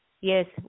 Yes